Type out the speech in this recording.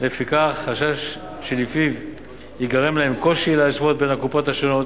ולפיכך החשש שלפיו ייגרם להם קושי להשוות בין הקופות השונות,